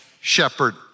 shepherd